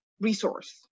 resource